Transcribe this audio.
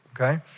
okay